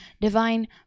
divine